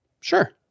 Sure